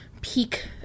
peak